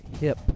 hip